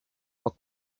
are